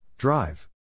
Drive